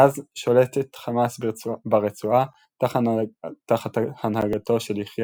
מאז שולטת חמאס ברצועה תחת הנהגתו של יחיא